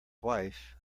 wife